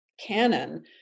canon